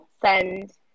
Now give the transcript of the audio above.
send